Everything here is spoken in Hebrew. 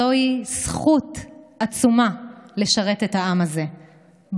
זוהי זכות עצומה לשרת את העם הזה,